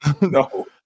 No